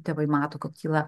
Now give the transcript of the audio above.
tėvai mato kad kyla